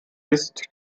ist